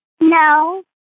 No